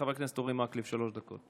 חבר הכנסת אורי מקלב, שלוש דקות.